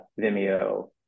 Vimeo